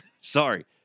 Sorry